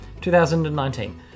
2019